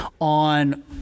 on